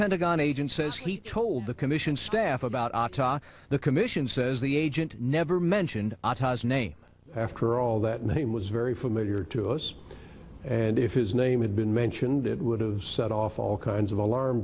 pentagon agent says he told the commission staff about the commission says the agent never mentioned the name after all that name was very familiar to us and if his name had been mentioned it would have set off all kinds of alarm